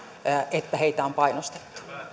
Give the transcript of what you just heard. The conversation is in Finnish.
että heitä on painostettu